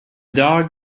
dog